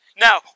Now